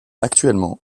actuellement